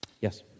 Yes